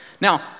Now